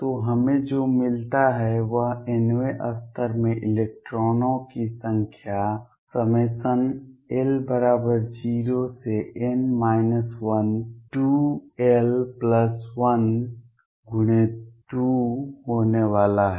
तो हमें जो मिलता है वह nवें स्तर में इलेक्ट्रॉनों की संख्या l0n 12l1×2 होने वाला है